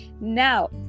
now